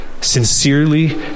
sincerely